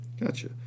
Gotcha